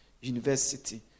University